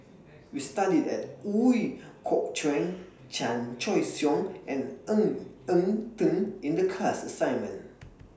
We studied At Ooi Kok Chuen Chan Choy Siong and Ng Eng Teng in The class assignment